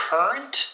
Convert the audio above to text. Current